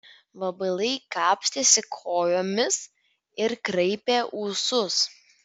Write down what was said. vabalai kapstėsi kojomis ir kraipė ūsus